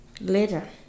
later